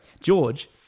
George